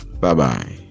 Bye-bye